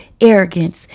arrogance